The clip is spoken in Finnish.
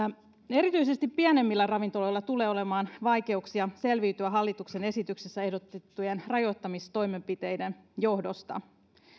erityisesti pienemmillä ravintoloilla tulee olemaan vaikeuksia selviytyä hallituksen esityksessä ehdotettujen rajoittamistoimenpiteiden johdosta